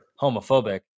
homophobic